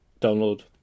download